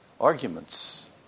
arguments